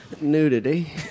Nudity